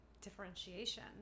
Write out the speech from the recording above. Differentiation